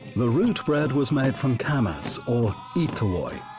the root bread was made from camas or eetowoy.